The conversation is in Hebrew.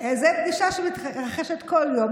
זאת פגישה שמתרחשת כל יום,